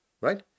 right